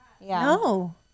No